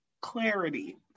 clarity